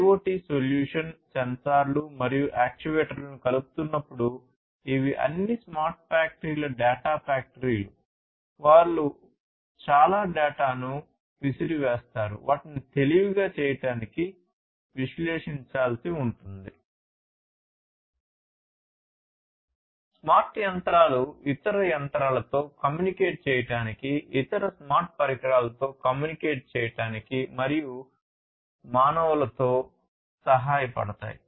•• smart యంత్రాలు ఇతర యంత్రాలతో కమ్యూనికేట్ చేయడానికి ఇతర స్మార్ట్ పరికరాలతో కమ్యూనికేట్ చేయడానికి మరియు మానవులతో సహాయపడతాయి